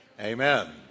Amen